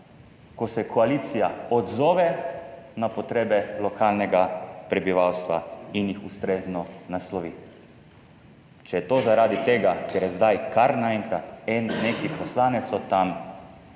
ko se koalicija odzove na potrebe lokalnega prebivalstva in jih ustrezno naslovi. Če je to zaradi tega, ker je zdaj kar naenkrat neki poslanec od tam,